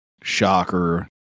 Shocker